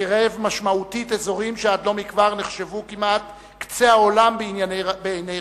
שקירב משמעותית אזורים שעד לא מכבר נחשבו כמעט קצה העולם בעיני רבים.